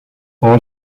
all